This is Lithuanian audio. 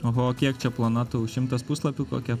oho o kiek čia plona tų šimtas puslapių kokia